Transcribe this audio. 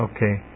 Okay